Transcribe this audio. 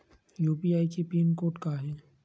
UPI के pin code का हे?